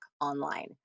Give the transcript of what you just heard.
online